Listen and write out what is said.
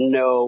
no